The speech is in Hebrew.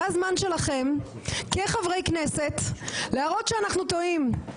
זה הזמן שלכם כחברי כנסת להראות שאנחנו טועים,